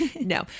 No